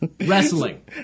Wrestling